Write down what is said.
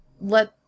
let